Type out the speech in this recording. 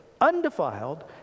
undefiled